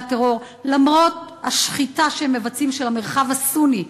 הטרור למרות השחיטה שהם מבצעים במרחב הסוני,